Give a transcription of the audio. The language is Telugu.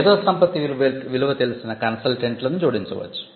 మేధో సంపత్తి విలువ తెలిసిన కన్సల్టెంట్లను జోడించవచ్చు